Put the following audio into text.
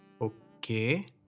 Okay